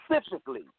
specifically